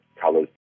colors